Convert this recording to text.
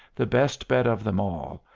the best bet of them all,